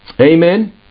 Amen